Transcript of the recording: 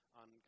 on